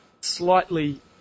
slightly